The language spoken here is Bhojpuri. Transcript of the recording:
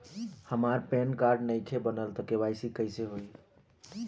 हमार पैन कार्ड नईखे बनल त के.वाइ.सी कइसे होई?